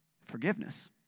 forgiveness